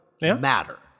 matter